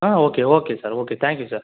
ah okay okay sir okay thank you sir